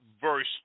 verse